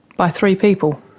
by three people?